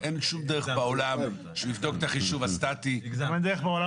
אין שום דרך בעולם שהוא יבדוק את החישוב הסטאטי ----- יש,